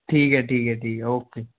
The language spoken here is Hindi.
ठीक है ठीक है ठीक है ओके